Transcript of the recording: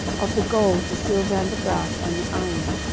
of the gold, the silver, and the brass, and the iron,